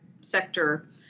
sector